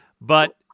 But-